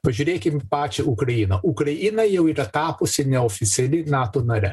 pažiūrėkim į pačią ukrainą ukraina jau yra tapusi neoficiali nato nare